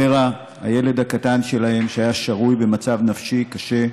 אברה, הילד הקטן שלהם, שהיה שרוי במצב נפשי קשה,